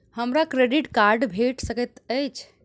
हमरा credit card भेट सकैत अछि?